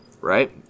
right